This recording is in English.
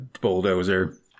bulldozer